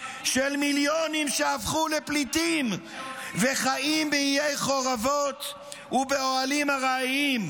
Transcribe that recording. של מיליונים שהפכו לפליטים וחיים בעיי חורבות ובאוהלים ארעיים,